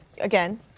again